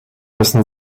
müssen